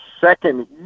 second